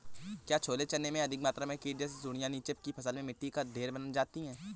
क्या छोले चने में अधिक मात्रा में कीट जैसी सुड़ियां और नीचे की फसल में मिट्टी का ढेर बन जाता है?